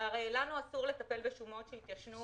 הרי לנו אסור לטפל בשומות שהתיישנו,